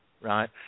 right